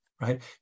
right